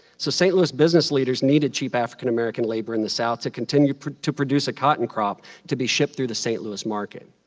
so st. louis business leaders needed cheap african american labor in the south to continue to produce a cotton crop to be shipped through the st. louis market.